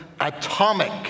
Atomic